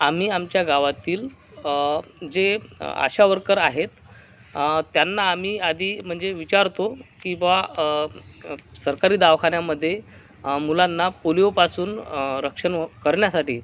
आम्ही आमच्या गावातील जे आशा वर्कर आहेत त्यांना आम्ही आधी म्हणजे विचारतो की बुवा सरकारी दवाखान्यामध्ये मुलांना पोलिओपासून रक्षण व करण्यासाठी